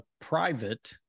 private